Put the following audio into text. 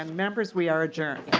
and members we are adjourned.